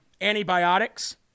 antibiotics